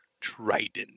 trident